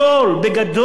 בגדול.